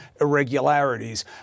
irregularities